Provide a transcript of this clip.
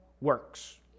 works